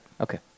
Okay